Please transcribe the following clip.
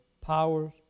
powers